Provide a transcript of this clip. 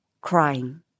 crying